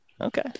Okay